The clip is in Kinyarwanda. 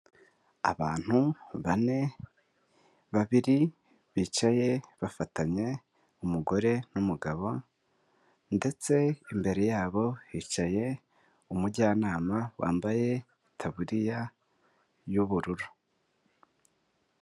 Abantu bane, babiri bicaye bafatanye, umugore n'umugabo ndetse imbere yabo hicaye umujyanama wambaye itaburiya y'ubururu.